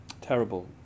terrible